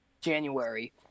January